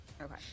Okay